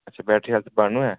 अच्छा battery health बानुएं